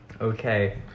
Okay